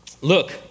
look